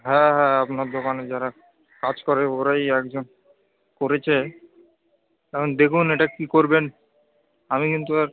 হ্যাঁ হ্যাঁ আপনার দোকানে যারা কাজ করে ওরাই একজন করেছে এখন দেখুন এটা কী করবেন আমি কিন্তু আর